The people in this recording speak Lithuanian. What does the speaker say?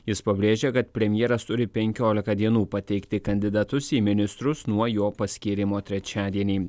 jis pabrėžia kad premjeras turi penkiolika dienų pateikti kandidatus į ministrus nuo jo paskyrimo trečiadienį